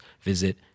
visit